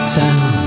town